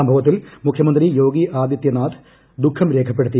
സംഭവത്തിൽ മുഖ്യമന്ത്രി യോഗി ആദിത്യനാഥ് ദുഃഖം രേഖപ്പെടുത്തി